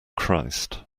christ